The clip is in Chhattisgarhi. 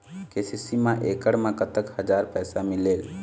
के.सी.सी मा एकड़ मा कतक हजार पैसा मिलेल?